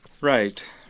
Right